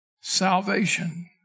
Salvation